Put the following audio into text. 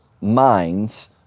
minds